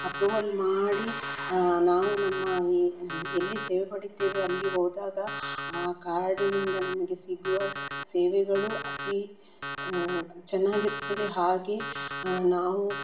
approval ಮಾಡಿ ನಾವು ನಮ್ಮ ಈ ಎಲ್ಲಿ ಸೇವೆ ಪಡಿತೇವೆ ಅಲ್ಲಿ ಹೋದಾಗ ಆ ಕಾರ್ಡಿನಿಂದ ನಮಗೆ ಸಿಗುವ ಸೇವೆಗಳು ಅತಿ ಚೆನ್ನಾಗಿರ್ತದೆ ಹಾಗೆ ನಾವು